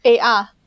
AR